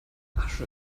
asche